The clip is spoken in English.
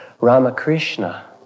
Ramakrishna